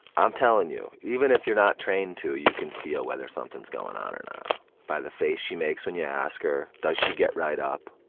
i'm telling you, even if you're not trained to, you can feel whether something's going on or not by the face she makes when you ask her, does she get right up,